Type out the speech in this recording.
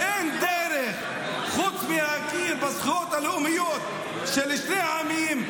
אין דרך חוץ מלהכיר בזכויות הלאומיות של שני העמים,